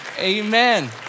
Amen